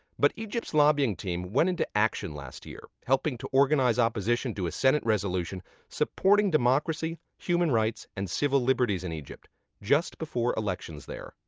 but egypt's lobbying team went into action last year, helping to organize opposition to a senate resolution supporting democracy, human rights, and civil liberties in egypt just before elections there.